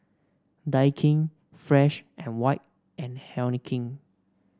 Daikin Fresh And White and Heinekein